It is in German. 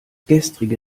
gestrige